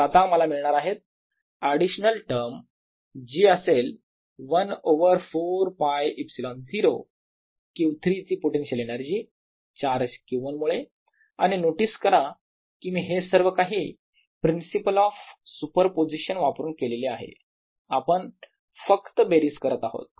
तर आता मला मिळणार आहेत एडिशनल टर्म जी असेल 1 ओवर 4ㄫε0 Q3 ची पोटेन्शिअल एनर्जी चार्ज Q1 मुळे आणि नोटीस करा की मी हे सर्व काही प्रिन्सिपल ऑफ सुपरपोझिशन वापरून केलेले आहे आपण फक्त बेरीज करत आहोत